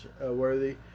Worthy